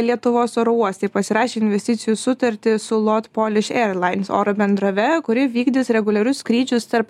lietuvos oro uostai pasirašė investicijų sutartį su lot polish airlines oro bendrove kuri vykdys reguliarius skrydžius tarp